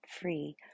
free